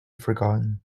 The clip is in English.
forgotten